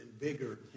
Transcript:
bigger